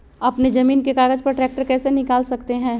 अपने जमीन के कागज पर ट्रैक्टर कैसे निकाल सकते है?